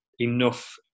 enough